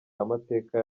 amateka